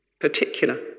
particular